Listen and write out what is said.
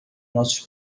nossos